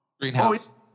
Greenhouse